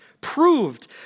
proved